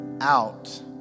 out